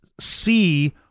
see